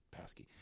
Paskey